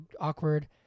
awkward